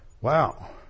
Wow